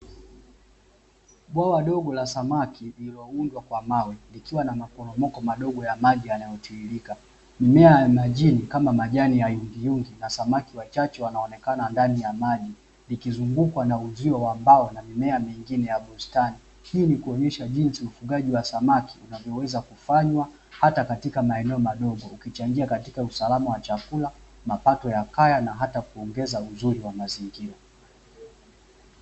Bwawa dogo la samaki lililoundwa kwa mawe likiwa na maporomoko madogo ya maji yanayotiririka. Mimea ya majini kama majani ya yungiyungi na samaki wachache wanaonekana ndani ya maji, likizungukwa na uzio wa mbao na mimea mingine ya bustani. Hii ni kuonyesha jinsi ufugaji wa samaki unavyoweza kufanywa hata katika maeneo madogo ukichangia katika usalama wa chakula, mapato ya kaya na hata katika kuongeza uzuri wa mazingira.